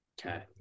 Okay